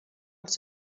els